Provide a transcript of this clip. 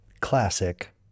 classic